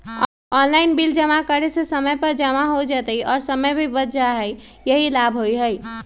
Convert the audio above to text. Online bill जमा करे से समय पर जमा हो जतई और समय भी बच जाहई यही लाभ होहई?